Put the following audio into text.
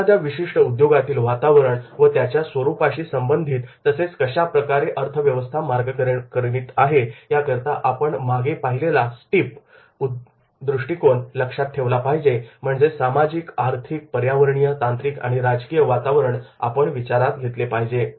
एखाद्या विशिष्ट उद्योगातील वातावरण व त्याच्या स्वरूपाशी संबंधित तसेच कशाप्रकारे अर्थव्यवस्था मार्गक्रमण करीत आहे याकरिता आपण मागे पाहिलेला स्टिप दृष्टिकोन आपण लक्षात घेतला पाहिजे म्हणजे सामाजिक आर्थिक पर्यावरणीय तांत्रिक आणि राजकीय वातावरण आपण विचारात घेतले पाहिजे